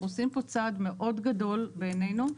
אנחנו עושים כאן צעד מאוד גדול, בעינינו,